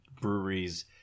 breweries